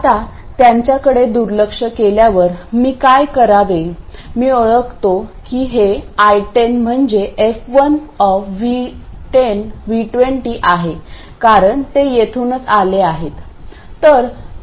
आता त्यांच्याकडे दुर्लक्ष केल्यावर मी काय करावे मी ओळखतो की हे I10 म्हणजे f1V10 V20 आहे कारण ते येथूनच आले आहे